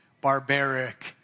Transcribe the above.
barbaric